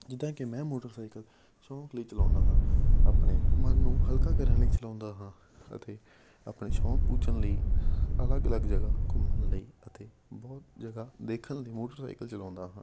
ਜਿੱਦਾਂ ਕਿ ਮੈਂ ਮੋਟਰਸਾਈਕਲ ਸ਼ੌਕ ਲਈ ਚਲਾਉਂਦਾ ਹਾਂ ਆਪਣੇ ਮਨ ਨੂੰ ਹਲਕਾ ਕਰਨ ਲਈ ਚਲਾਉਂਦਾ ਹਾਂ ਅਤੇ ਆਪਣੇ ਸ਼ੌਕ ਪੂਜਣ ਲਈ ਅਲੱਗ ਅਲੱਗ ਜਗ੍ਹਾ ਘੁੰਮਣ ਲਈ ਅਤੇ ਬਹੁਤ ਜਗ੍ਹਾ ਦੇਖਣ ਲਈ ਮੋਟਰਸਾਈਕਲ ਚਲਾਉਂਦਾ ਹਾਂ